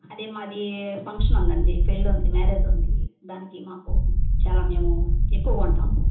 అదే మాది ఫంక్షన్ ఉందండి పెళ్ళి ఉంది మ్యారేజ్ ఉంది దానికి మాకు చాలా మేము ఎక్కువ కొంటాము